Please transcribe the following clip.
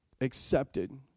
accepted